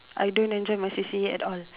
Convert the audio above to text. I don't enjoy my C_C_A at all